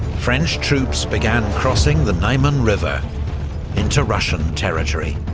french troops began crossing the niemen river into russian territory.